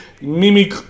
Mimi